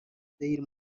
daily